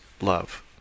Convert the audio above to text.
love